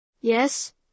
Yes